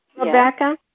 Rebecca